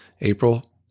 April